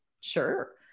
sure